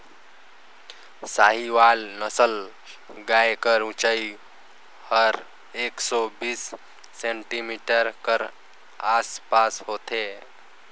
साहीवाल नसल गाय कर ऊंचाई हर एक सौ बीस सेमी कर आस पास होथे